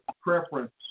preference